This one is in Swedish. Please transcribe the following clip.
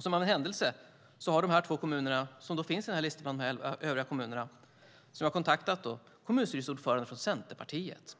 Som av en händelse har de två kommunerna som jag kontaktat i listan över de elva övriga kommuner kommunstyrelseordförande från Centerpartiet.